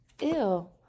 Ew